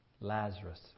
Lazarus